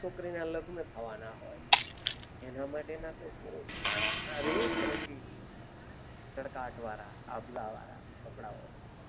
છોકરીના લગ્ન થવાના હોય એના માટેના તો બહુ તારે અનેકરંગી ચળકાટવાળા આભલાવાળા કપડાઓ હોય છે